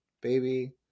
baby